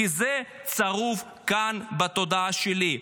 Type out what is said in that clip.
כי זה צרוב כאן בתודעה שלי.